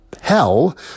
hell